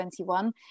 2021